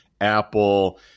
Apple